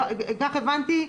כך הבנתי,